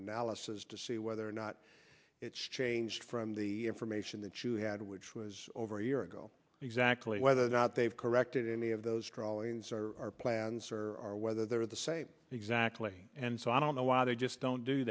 analysis to see whether or not it's changed from the information that you had which was over a year ago exactly whether or not they've corrected any of those drawings are plans or whether they're the exactly and so i don't know why they just don't do